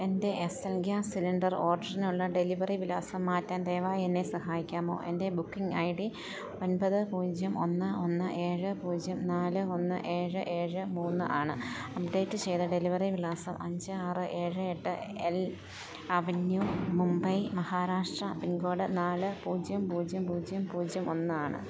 എൻ്റെ Essel gas cylinder ഓർഡറിനുള്ള delivery വിലാസം മാറ്റാൻ ദയവായി എന്നെ സഹായിക്കാമോ എൻ്റെ ബുക്കിംഗ് ഐ ഡി ഒൻപത് പൂജ്യം ഒന്ന് ഒന്ന് ഏഴ് പൂജ്യം നാല് ഒന്ന് ഏഴ് ഏഴ് മൂന്നാണ് അപ്ഡേറ്റ് ചെയ്ത ഡെലിവറി വിലാസം അഞ്ച് ആറ് ഏഴ് എട്ട് L avenue Mumbai Maharashtra pin code നാല് പൂജ്യം പൂജ്യം പൂജ്യം പൂജ്യം ഒന്നാണ്